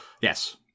Yes